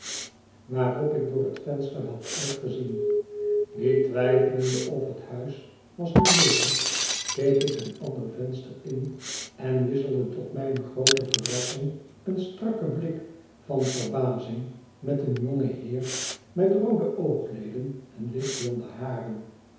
waarop ik door het venster had uitgezien niet twijfelende of het huis was nu ledig keek ik een ander venster in en wisselde tot mijne groote verrassing een strakken blik van verbazing met een jongen heer met roode oogleden en lichtblonde haren